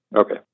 Okay